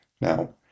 Now